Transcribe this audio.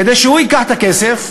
כדי שהוא ייקח את הכסף,